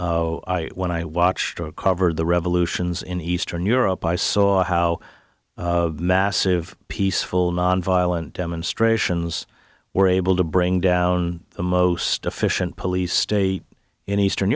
when i watch covered the revolutions in eastern europe i saw how massive peaceful nonviolent demonstrations were able to bring down the most efficient police state in eastern